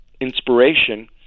inspiration